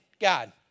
God